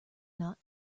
not